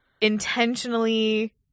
Intentionally